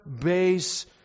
base